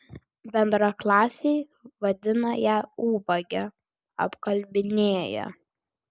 bendraklasiai vadina ją ubage apkalbinėja